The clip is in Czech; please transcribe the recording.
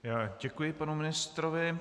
Já děkuji panu ministrovi.